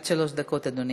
עד שלוש דקות, אדוני.